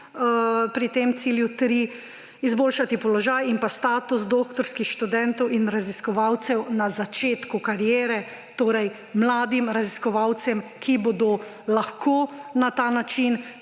pri cilju 3 izboljšati položaj in status doktorskih študentov in raziskovalcev na začetku kariere, torej mladim raziskovalcem, ki bodo lahko na ta način